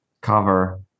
cover